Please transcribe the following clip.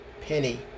penny